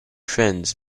friends